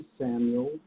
Samuel